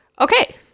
Okay